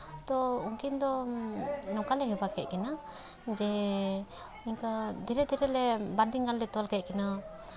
ᱛᱚ ᱩᱱᱠᱤᱱ ᱫᱚ ᱱᱚᱝᱠᱟᱞᱮ ᱦᱮᱣᱟ ᱠᱮᱫ ᱠᱤᱱᱟᱹ ᱡᱮ ᱚᱱᱠᱟ ᱫᱷᱤᱨᱮ ᱫᱷᱤᱨᱮᱞᱮ ᱵᱟᱨᱫᱤᱱ ᱜᱟᱱᱞᱮ ᱛᱚᱞ ᱠᱮᱫ ᱠᱤᱱᱟᱹ